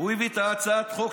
הוא הביא את הצעת חוק,